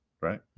right